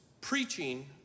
Preaching